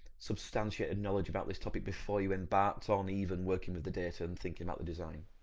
substantiated knowledge about this topic before you embarked on even working with the data and thinking about the design?